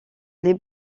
les